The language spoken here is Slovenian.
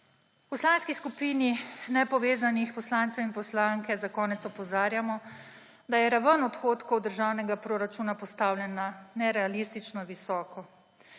V Poslanski skupini nepovezanih poslancev in poslanke za konec opozarjamo, da je raven odhodkov državnega proračuna postavljena nerealistično visoko.